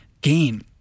gain